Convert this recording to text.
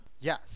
Yes